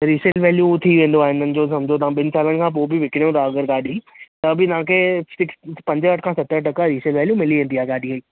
resale value थी वेंदो आहे हिनजो समुझो तव्हां ॿिनि सालुनि खां पोइ बि विकिणो तव्हां अगरि गाॾी त बि तव्हां खे सिक्स पंजहठि खां सतरि टका रीसेल वैल्यू मिली वेंदी आहे गाॾी जी